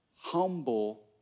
Humble